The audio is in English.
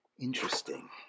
Interesting